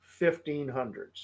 1500s